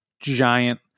giant